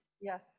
Yes